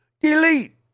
delete